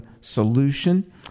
solution